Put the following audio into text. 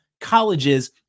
colleges